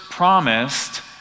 Promised